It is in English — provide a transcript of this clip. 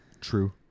True